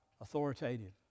authoritative